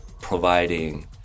providing